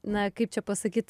na kaip čia pasakyt